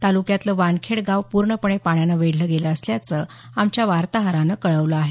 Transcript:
तालुक्यातलं वानखेड गाव पूर्णपणे पाण्यानं वेढलं गेलं असल्याचं आमच्या वार्ताहरानं कळवलं आहे